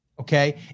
Okay